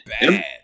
bad